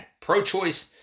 pro-choice